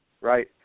right